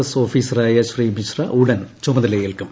S ഓഫീസറായ ശ്രീ മിശ്ര ഉടൻ ചുമതലയേൽക്കും